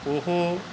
ਉਹ